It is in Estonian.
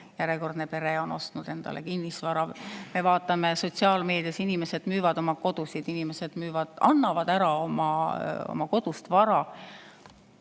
järjekordne pere on ostnud endale kinnisvara. Me vaatame sotsiaalmeedias, kuidas inimesed müüvad oma kodusid, inimesed annavad ära oma kodust vara.